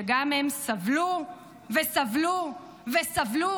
שגם הם סבלו וסבלו וסבלו,